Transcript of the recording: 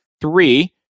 Three